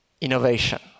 innovation